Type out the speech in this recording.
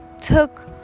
took